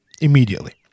immediately